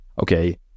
okay